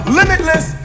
limitless